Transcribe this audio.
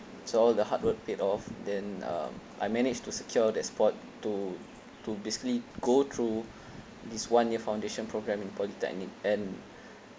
so all the hard work paid off then um I managed to secure that spot to to basically go through this one year foundation program in polytechnic and